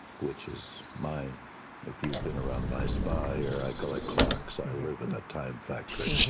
which is my if you've been around my spa here, i clocks. i live in a time factory.